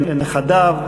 לנכדיו,